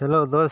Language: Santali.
ᱦᱮᱞᱳ ᱫᱳᱥᱴ